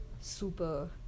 super